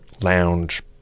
lounge